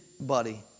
buddy